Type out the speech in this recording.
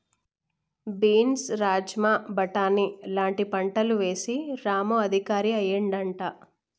beans rajma బాటని లాంటి పంటలు వేశి రాము లక్షాధికారి అయ్యిండట